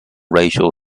racial